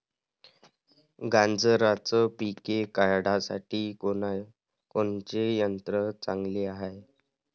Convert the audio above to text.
गांजराचं पिके काढासाठी कोनचे यंत्र चांगले हाय?